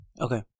Okay